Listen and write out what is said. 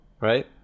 right